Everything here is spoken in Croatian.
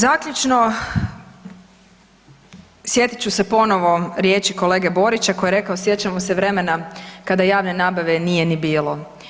Zaključno, sjetit ću se ponovo riječi kolege Borića koji je rekao, sjećamo se vremena kada javne nabave nije ni bilo.